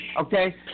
okay